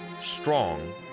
strong